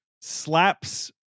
Slaps